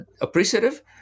appreciative